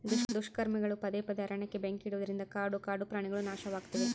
ದುಷ್ಕರ್ಮಿಗಳು ಪದೇ ಪದೇ ಅರಣ್ಯಕ್ಕೆ ಬೆಂಕಿ ಇಡುವುದರಿಂದ ಕಾಡು ಕಾಡುಪ್ರಾಣಿಗುಳು ನಾಶವಾಗ್ತಿವೆ